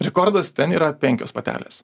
rekordas ten yra penkios patelės